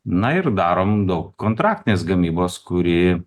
na ir darom daug kontraktinės gamybos kuri